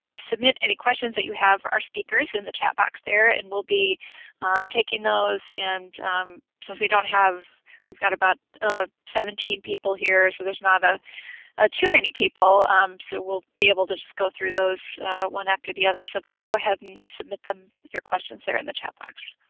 submit any questions that you have for our speakers in the chat box there and we'll be taking those and since we don't have we've got about seventeen people here so there's not a ah too many people um so we'll be able to just go through those one after the other, so please go ahead and submit them your questions there in the chat box.